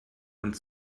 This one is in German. und